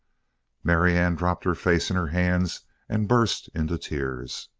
marianne dropped her face in her hands and burst into tears.